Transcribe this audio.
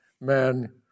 man